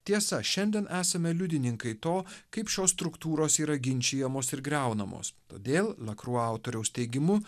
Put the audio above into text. tiesa šiandien esame liudininkai to kaip šios struktūros yra ginčijamos ir griaunamos todėl lakru autoriaus teigimu